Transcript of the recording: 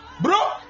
bro